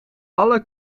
alle